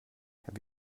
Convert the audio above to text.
have